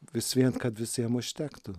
vis vien kad visiem užtektų